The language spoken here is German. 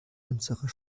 unserer